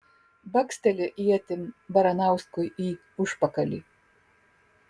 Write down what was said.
baksteli ietim baranauskui į užpakalį